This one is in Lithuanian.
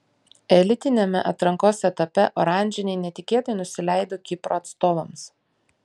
elitiniame atrankos etape oranžiniai netikėtai nusileido kipro atstovams